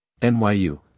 NYU